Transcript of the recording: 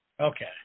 Okay